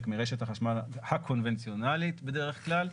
מרשת החשמל הקונבנציונליות בדרך כלל.